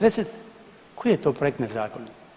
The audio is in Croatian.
Recite koji je to projekt nezakonit?